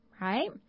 Right